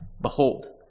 behold